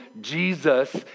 Jesus